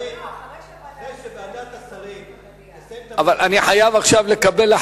אחרי שוועדת השרים תסיים את עבודתה.